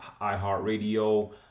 iHeartRadio